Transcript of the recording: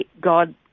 God